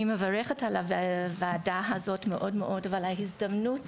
אני מאוד מאוד מברכת על הוועדה הזו ועל זה שניתנה הזדמנות